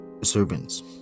servants